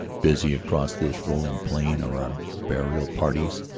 busy across this rolling plain are our burial parties